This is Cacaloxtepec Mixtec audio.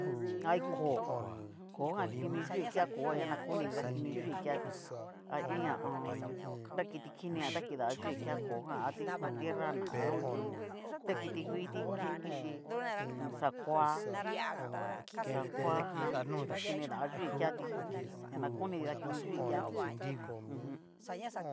Hay koo, koo jan ta kini yui kea koo jan ña koniti ta kini yu'i keati a iin ho o on. nra kiti kinijan ta kiniyu kea koojan a ti rana, ha ho o on. nra kiti ngu kiti ke kichí hu u un. xakoa xakoa jan ta kinida yu'i keati ña na koniti ta kinidayui keati u jum.